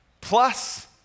plus